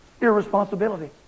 irresponsibility